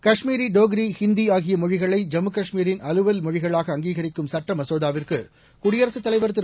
காஷ்மீரி டோக்ரி ஹிந்தி ஆகிய மொழிகளை ஜம்மு காஷ்மீரின் அலுவல் மொழிகளாக அங்கீரிக்கும் சுட்ட மசோதாவிற்கு குடியரசுத் தலைவர் திரு